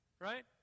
right